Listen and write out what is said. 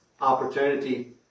opportunity